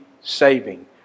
saving